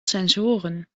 sensoren